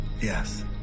Yes